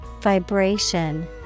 Vibration